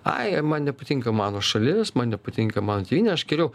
ai man nepatinka mano šalis man nepatinka mano tėvynė aš geriau